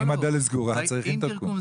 אם הדלת סגורה, צריך אינטרקום.